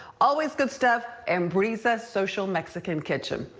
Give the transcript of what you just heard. always good stuff, ambriza social mexican kitchen.